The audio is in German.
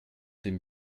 dem